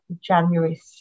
January